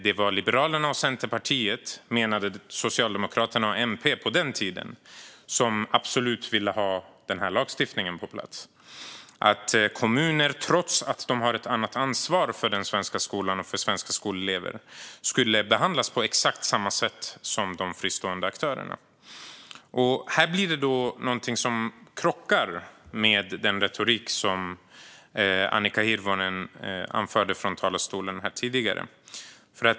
Det var Liberalerna, Centerpartiet, Socialdemokraterna och Miljöpartiet som på den tiden absolut ville ha denna lagstiftning på plats, att kommuner, trots att de har ett annat ansvar för den svenska skolan och för svenska skolelever, skulle behandlas på exakt samma sätt som de fristående aktörerna. Här är det någonting som krockar med den retorik som Annika Hirvonen anförde från talarstolen tidigare.